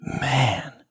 man